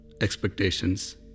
expectations